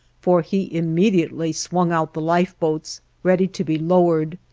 for he immediately swung out the lifeboats, ready to be lowered.